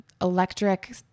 electric